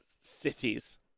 Cities